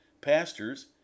pastors